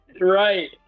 Right